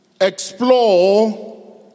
explore